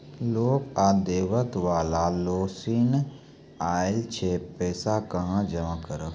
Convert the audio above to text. लोक अदालत बाला नोटिस आयल छै पैसा कहां जमा करबऽ?